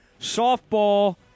softball